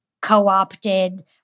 co-opted